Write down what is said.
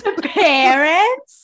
Parents